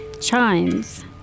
chimes